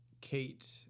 Kate